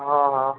ହଁ ହଁ